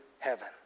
Heaven